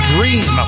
Dream